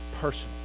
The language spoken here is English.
personal